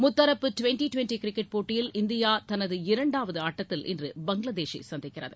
முத்தரப்பு twenty twenty cricket போட்டியில் India தனது இரண்டாவது ஆட்டத்தில் இன்று பங்ளாதேஷை சந்திக்கிறது